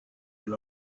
will